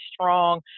strong